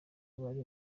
buri